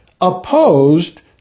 opposed